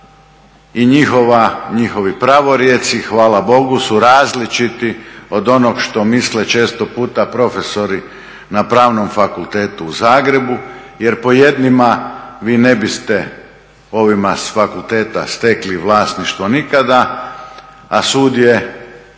i njihovi pravorijeci hvala Bogu su različiti od onog što misle često puta profesori na Pravnom fakultetu u Zagrebu jer po jednima vi ne biste, ovima s fakulteta, stekli vlasništvo nikada, a sud je